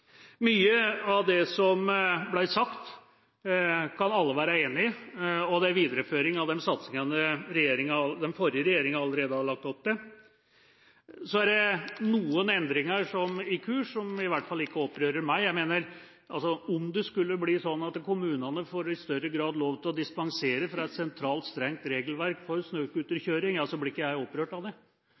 Mye av det som ble sagt, kan alle være enige i, og det er videreføringer av de satsingene som den forrige regjeringa allerede har lagt opp til. Det er noen endringer i kurs, som ikke opprører meg i hvert fall: Om det skulle bli slik at kommunene i større grad får lov til å dispensere fra et sentralt, strengt regelverk for snøscooterkjøring, blir ikke jeg opprørt av det.